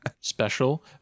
Special